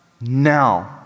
now